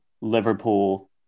Liverpool